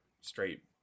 straight